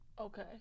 Okay